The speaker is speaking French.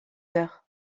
heures